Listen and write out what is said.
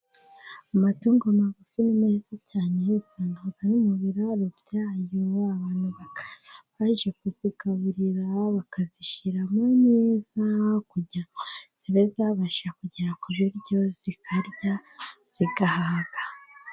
Amatungo magufi ni meza cyane usanga ari mu biraro byayo abantu bakaza baje kuzigaburira, bakazishyiramo neza kugira ngo zibe zabasha kugera ku biryo zikarya zigahaga.